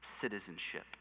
Citizenship